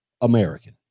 American